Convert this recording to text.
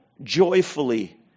joyfully